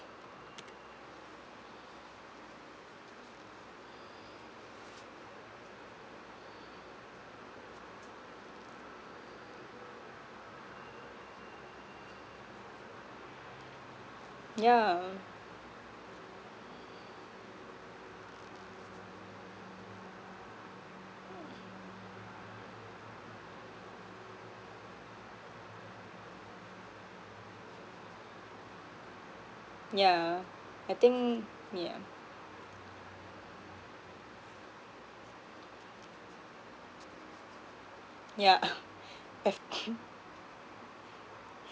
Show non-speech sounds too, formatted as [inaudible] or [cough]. yeah yeah I think yeah yeah [laughs] f~ [laughs]